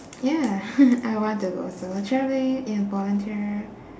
ya I want to go solo travelling and volunteer